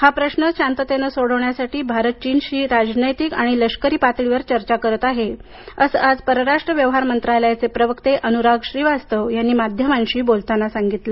हा प्रश्न शांततेनं सोडविण्यासाठी भारत चीनशी राजनैतिक आणि लष्करी पातळीवर चर्चा करत आहे असं आज परराष्ट्र व्यवहार मंत्रालयाचे प्रवक्ते अनुराग श्रीवास्तव यांनी माध्यमांशी बोलताना सांगितलं